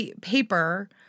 paper